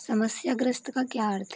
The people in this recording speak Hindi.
समस्याग्रस्त का क्या अर्थ है